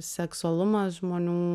seksualumas žmonių